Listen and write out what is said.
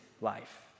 life